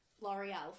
L'Oreal